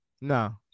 No